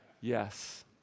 Yes